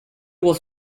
was